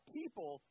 people